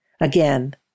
Again